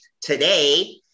Today